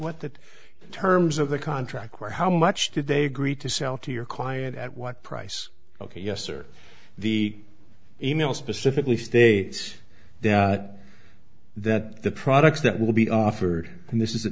what that terms of the contract were how much did they agree to sell to your client at what price ok yes or the e mail specifically states that that the products that will be offered and this is a